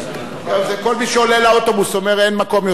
כל מי שעולה לאוטובוס אומר: אין מקום יותר לעלות.